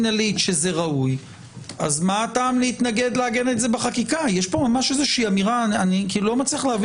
העמדה שרוצים להביע היא אמירה שלא נעשו